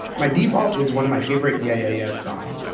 my default is one of my favorite yeah yeah songs,